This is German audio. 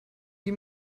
die